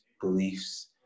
beliefs